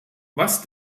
was